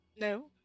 No